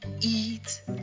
eat